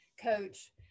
coach